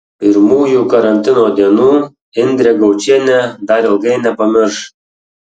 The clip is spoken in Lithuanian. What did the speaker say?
pirmųjų karantino dienų indrė gaučienė dar ilgai nepamirš